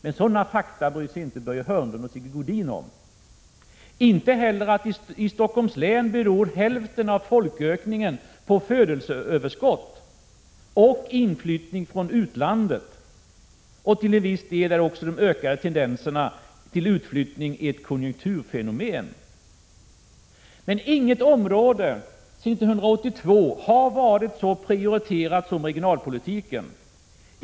Men sådana fakta bryr sig inte Börje Hörnlund och Sigge Godin om, och de bryr sig inte heller om att i Stockholms län hälften av folkökningen beror på födelseöverskott och inflyttning från utlandet. Till viss del är också den ökade tendensen till utflyttning ett konjunkturfenomen. Inget område har sedan 1982 varit så prioriterat som regionalpolitiken.